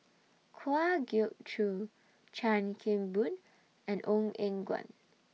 Kwa Geok Choo Chan Kim Boon and Ong Eng Guan